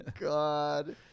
God